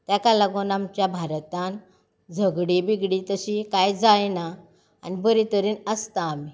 ताका लागून आमच्या भारतांत झगडीं बिगडीं तशीं कांय जायना आनी बरे तरेन आसता आमी